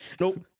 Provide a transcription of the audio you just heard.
nope